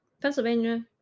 pennsylvania